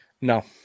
No